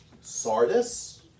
Sardis